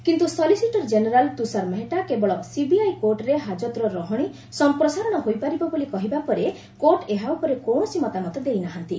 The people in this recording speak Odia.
କିନ୍ତୁ ସଲିସିଟର କେନେରାଲ୍ ତୁଷାର ମେହେଟ୍ଟା କେବଳ ସିବିଆଇ କୋର୍ଟ୍ରେ ହାଜତର ରହଣୀ ସମ୍ପ୍ରସାରଣ ହୋଇପାରିବ ବୋଲି କହିବା ପରେ କୋର୍ଟ୍ ଏହା ଉପରେ କୌଣସି ମତାମତ ଦେଇ ନାହାନ୍ତି